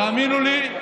תאמינו לי,